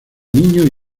niños